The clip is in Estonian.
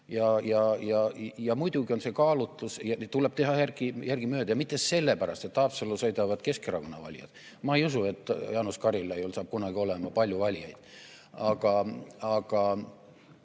Muidugi on see kaalutlus, et tuleb teha järgemööda. Ja mitte sellepärast, et Haapsallu sõidavad Keskerakonna valijad. Ma ei usu, et Jaanus Karilaiul saab kunagi olema palju valijaid. Vaid